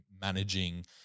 managing